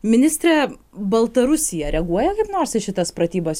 ministre baltarusija reaguoja kaip nors į šitas pratybas